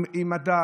עם הדת,